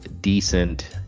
decent